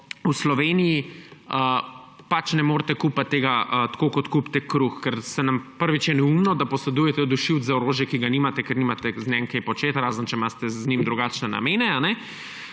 v Sloveniji ne morete kupiti tega tako, kot kupite kruh. Prvič je neumno, da posedujete dušilec za orožje, ki ga nimate, ker nimate z njim kaj početi razen če imate z njim drugačne namene,